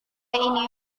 ini